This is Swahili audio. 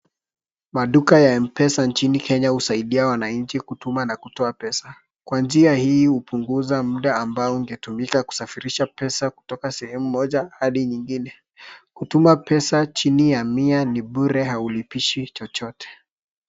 Maduka ya M-pesa nchini Kenya husaidia wananchi kutuma na kutoa pesa, kwa njia hii hupunguza muda ambao ungetumika kusafirisha pesa kutoka sehemu mmoja hadi nyingine kutuma pesa chini ya mia ni bure haulipishwi chochote.